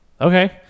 Okay